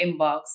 inbox